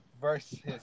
versus